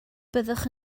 byddwch